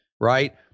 right